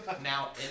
Now